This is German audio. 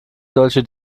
solche